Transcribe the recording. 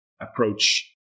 approach